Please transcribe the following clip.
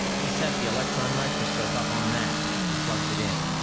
he set the electron microscope up on that and plugged it in.